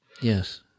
Yes